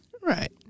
Right